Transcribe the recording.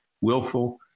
willful